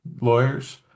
lawyers